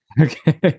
okay